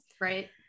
Right